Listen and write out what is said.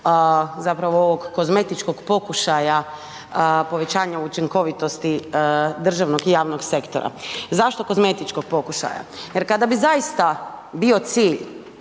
zapravo ovog kozmetičkog pokušaja povećanja učinkovitosti državnog i javnog sektora. Zašto kozmetičkog pokušaja? Jer kada bi zaista bio cilj